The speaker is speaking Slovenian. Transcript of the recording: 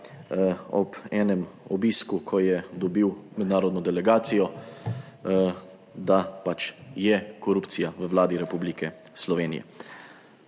ob enem obisku, ko je dobil mednarodno delegacijo, da pač je korupcija v Vladi Republike Slovenije.